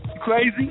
crazy